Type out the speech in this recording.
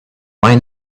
why